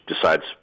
decides